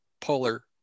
Polar